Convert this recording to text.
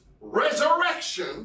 resurrection